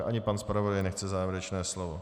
Ani pan zpravodaj nechce závěrečné slovo.